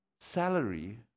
salary